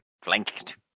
Flanked